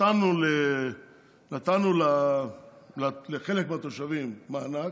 נתנו לחלק מהתושבים מענק,